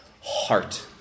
heart